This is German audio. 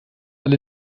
alle